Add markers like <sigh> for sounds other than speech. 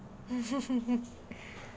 <laughs>